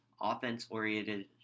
offense-oriented